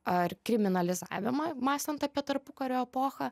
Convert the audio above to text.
ar kriminalizavimą mąstant apie tarpukario epochą